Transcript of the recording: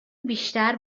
بیشتر